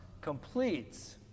completes